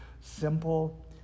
simple